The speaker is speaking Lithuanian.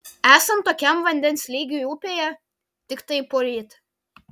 esant tokiam vandens lygiui upėje tiktai poryt